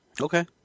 Okay